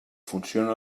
funciona